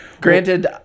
Granted